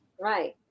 Right